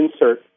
insert